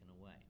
away